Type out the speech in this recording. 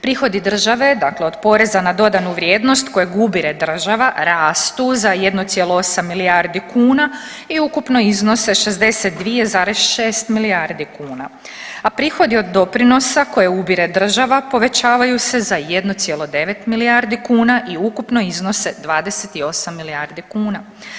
Prihodi države, dakle od poreza na dodanu vrijednost kojeg ubire država rastu za 1,8 milijardi kuna i ukupno iznose 62,6 milijardi kuna, a prihodi od doprinosa koje ubire država povećavaju se za 1,9 milijardi kuna i ukupno iznose 28 milijardi kuna.